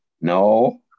No